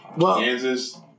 Kansas